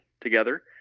together